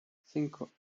cinco